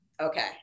Okay